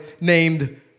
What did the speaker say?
named